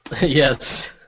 Yes